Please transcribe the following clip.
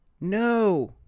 no